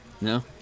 no